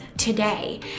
today